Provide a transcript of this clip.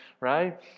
Right